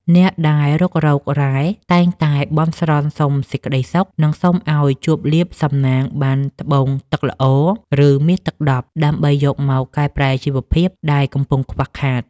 ដែលអ្នករុករករ៉ែតែងតែបន់ស្រន់សុំសេចក្តីសុខ និងសុំឱ្យជួបលាភសំណាងបានត្បូងទឹកល្អ ឬមាសទឹកដប់ ដើម្បីយកមកកែប្រែជីវភាពដែលកំពុងខ្វះខាត។